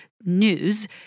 news